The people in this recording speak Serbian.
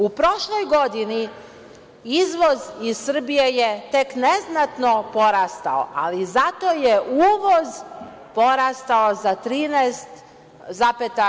U prošloj godini izvoz iz Srbije je tek neznatno porastao, ali zato je uvoz porastao za 13,6%